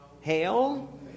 Hail